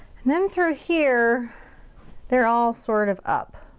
and then through here they're all sort of up.